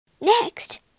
Next